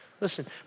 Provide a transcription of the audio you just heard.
listen